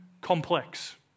complex